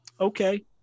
okay